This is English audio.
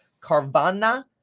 Carvana